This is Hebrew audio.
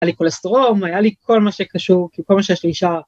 היה לי קולסטרום, היה לי כל מה שקשור, כל מה שיש לי אישה.